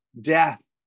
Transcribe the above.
death